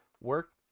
work